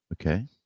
Okay